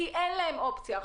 כי אין להם אופציה אחרת.